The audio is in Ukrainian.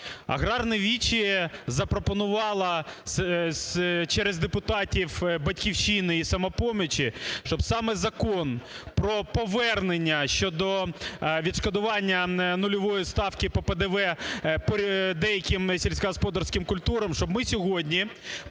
Аграрне віче запропонувало через депутатів "Батьківщини" і "Самопомочі", щоб саме Закон про повернення щодо відшкодування нульової ставки по ПДВ по деяким сільськогосподарським культурам, щоб ми сьогодні